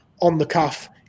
on-the-cuff